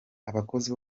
abakozi